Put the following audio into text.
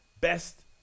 best